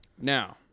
Now